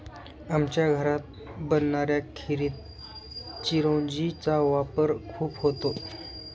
आमच्या घरात बनणाऱ्या खिरीत चिरौंजी चा वापर खूप होतो